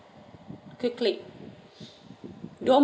quickly don't